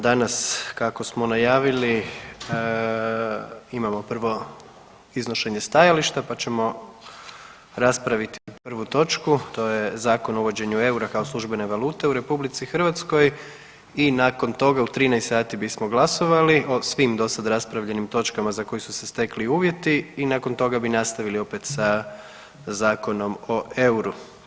Danas kako smo najavili, imamo prvo iznošenje stajališta pa ćemo raspraviti prvu točku, to je Zakon o uvođenju eura kao službene valute u RH i nakon toga u 13 sati bismo glasovali o svim dosad raspravljenim točkama za koje su se stekli uvjeti i nakon toga bi nastavili opet sa Zakonom o euru.